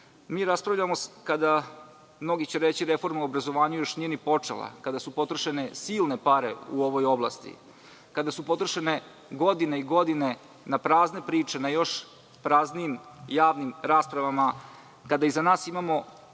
Raspravljamo kada, mnogi će reći, reforma o obrazovanju nije počela, kada su potrošene silne pare u ovoj oblasti, kada su potrošene godine i godine na prazne priče na još praznijim javnim raspravama, kada iza nas imamo